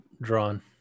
drawn